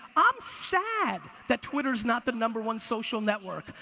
i'm sad that twitter's not the number one social network,